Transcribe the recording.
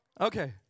Okay